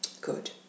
Good